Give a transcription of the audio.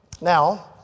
Now